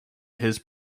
his